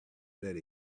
let